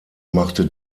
machte